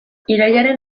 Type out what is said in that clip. irailaren